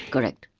correct.